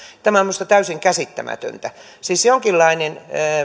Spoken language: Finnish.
tämä on minusta täysin käsittämätöntä siis jonkinlainen